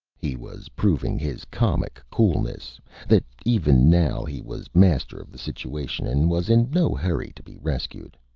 he was proving his comic coolness that even now he was master of the situation, and was in no hurry to be rescued.